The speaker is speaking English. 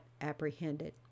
apprehended